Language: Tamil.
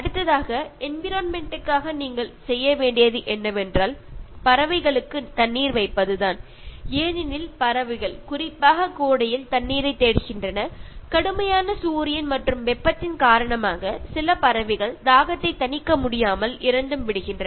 அடுத்ததாக என்விரான்மென்ட் க்காக நீங்கள் செய்ய வேண்டியது என்னவென்றால் பறவைகளுக்கு தண்ணீர் வைப்பதுதான் ஏனெனில் பறவைகள் குறிப்பாக கோடையில் தண்ணீரை தேடுகின்றன கடுமையான சூரியன் மற்றும் வெப்பத்தின் காரணமாக சில பறவைகள் தாகத்தை தணிக்க முடியாமல் இறந்தும் விடுகின்றன